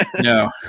No